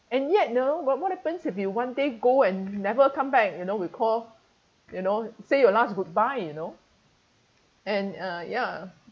and yet know what what happens if you one day go and never come back you know we call you know say your last goodbye you know and uh ya